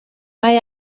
mae